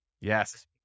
Yes